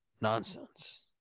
nonsense